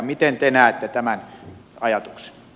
miten te näette tämän ajatuksen